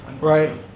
right